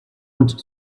wanted